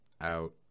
out